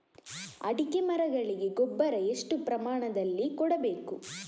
ಅಡಿಕೆ ಮರಗಳಿಗೆ ಗೊಬ್ಬರ ಎಷ್ಟು ಪ್ರಮಾಣದಲ್ಲಿ ಕೊಡಬೇಕು?